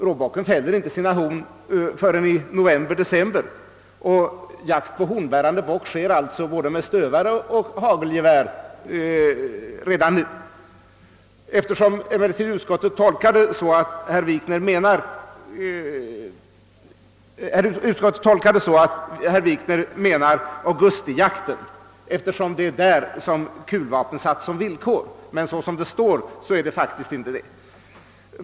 Råbocken fäller inte sina horn förrän i november—december, och jakt på hornbärande bock med stövare och hagelgevär förekommer därför redan nu. Utskottet har tolkat det så, att herr Wikner åsyftar augustijakten, eftersom det är där som kuljakten har satts som villkor, men så som det står här är det faktiskt inte rätt.